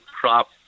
crop